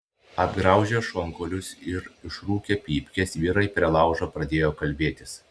apgraužę šonkaulius ir išrūkę pypkes vyrai prie laužo pradėjo kalbėtis